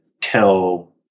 tell